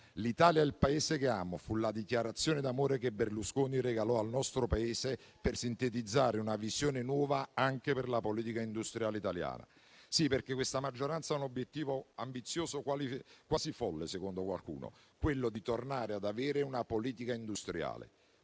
L'Italia è il Paese che amo: fu questa la dichiarazione d'amore che Berlusconi regalò al nostro Paese per sintetizzare una visione nuova anche per la politica industriale italiana. Sì, perché questa maggioranza ha un obiettivo ambizioso, quasi folle secondo qualcuno: tornare ad avere una politica industriale.